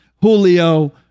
Julio